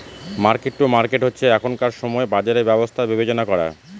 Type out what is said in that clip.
market to market হচ্ছে এখনকার সময় বাজারের ব্যবস্থা বিবেচনা করা